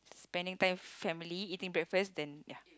spending time with family eating breakfast then ya